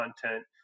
content